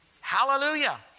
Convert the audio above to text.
Hallelujah